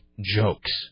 jokes